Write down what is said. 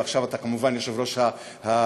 ועכשיו אתה כמובן יושב-ראש הישיבה,